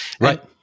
Right